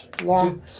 long